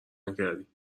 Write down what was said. نکردی